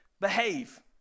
behave